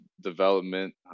development